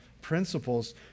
principles